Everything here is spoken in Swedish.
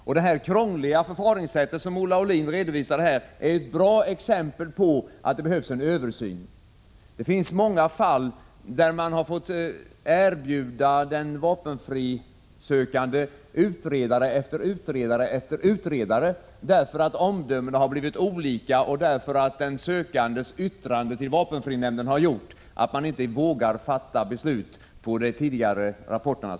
Olle Aulins redovisning av detta mycket krångliga förfaringssätt gav ett bra exempel på att det behövs en översyn. Det finns många fall där man fått erbjuda den vapenfrisökande utredare efter utredare, därför att omdömena har blivit olika och därför att den sökandes yttrande till vapenfrinämnden har gjort att man inte vågar fatta beslut på de tidigare rapporterna.